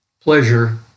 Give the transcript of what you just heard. pleasure